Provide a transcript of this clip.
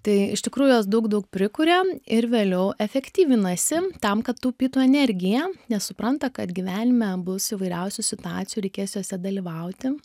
tai iš tikrųjų jos daug daug prikuria ir vėliau efektyvinasi tam kad taupytų energiją nes supranta kad gyvenime bus įvairiausių situacijų reikės jose dalyvauti